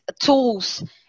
tools